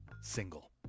single